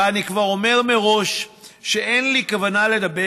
ואני כבר אומר מראש שאין לי כוונה לדבר